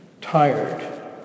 tired